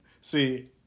See